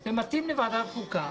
זה מתאים לוועדת החוקה.